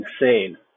insane